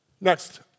next